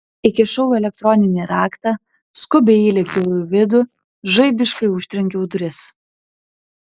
įkišau elektroninį raktą skubiai įlėkiau į vidų žaibiškai užtrenkiau duris